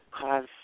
cause